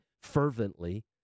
fervently